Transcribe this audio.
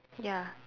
ya